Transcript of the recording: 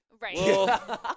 Right